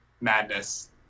madness